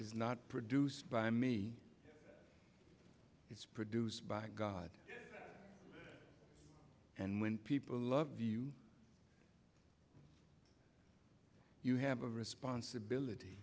is not produced by me it's produced by god and when people love you you have a responsibility